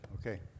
okay